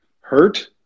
hurt